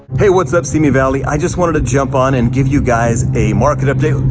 hey, what's up simi valley? i just wanted to jump on and give you guys a market update.